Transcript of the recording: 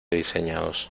diseñados